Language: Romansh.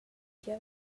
gia